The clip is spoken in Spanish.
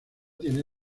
tiene